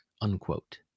unquote